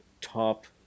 top